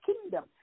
kingdom